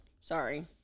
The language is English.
Sorry